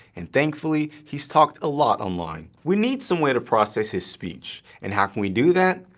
and thankfully, he's talked a lot online, we need some way to process his speech. and how can we do that?